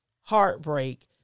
heartbreak